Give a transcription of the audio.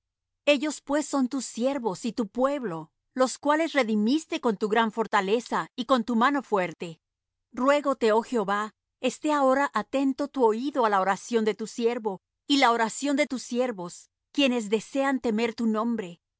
ellos pues son tus siervos y tu pueblo los cuales redimiste con tu gran fortaleza y con tu mano fuerte ruégote oh jehová esté ahora atento tu oído á la oración de tu siervo y la oración de tus siervos quienes desean temer tu nombre